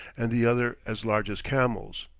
and the other as large as camels.